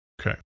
Okay